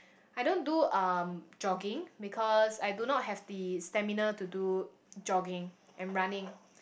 I don't do um jogging because I do not have the stamina to do jogging and running